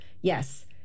yes